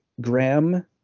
Graham